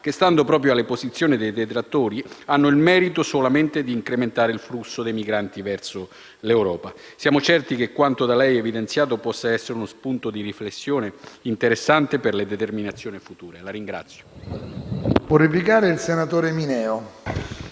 che, stando proprio alle posizioni dei detrattori, hanno il merito solamente di incrementare il flusso dei migranti verso l'Europa. Siamo certi che quanto da lei evidenziato possa essere uno spunto di riflessione interessante per le determinazioni future.